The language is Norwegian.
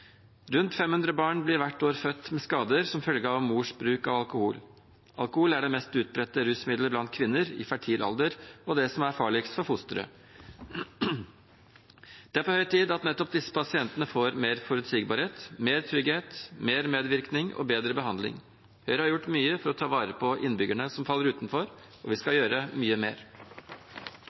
Rundt 500 barn blir hvert år født med skader som følge av mors bruk av alkohol. Alkohol er det mest utbredte rusmiddelet blant kvinner i fertil alder, og det som er farligst for fosteret. Det er på høy tid at nettopp disse pasientene får mer forutsigbarhet, mer trygghet, mer medvirkning og bedre behandling. Høyre har gjort mye for å ta vare på innbyggerne som faller utenfor, og vi skal gjøre mye mer.